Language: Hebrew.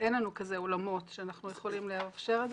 אין לנו כאלה אולמות שאנחנו יכולים לאפשר את זה,